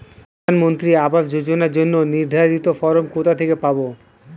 প্রধানমন্ত্রী আবাস যোজনার জন্য নির্ধারিত ফরম কোথা থেকে পাব?